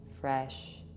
fresh